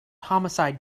homicide